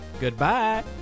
Goodbye